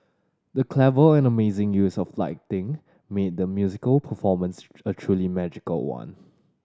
the clever and amazing use of lighting made the musical performance a truly magical one